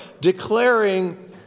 declaring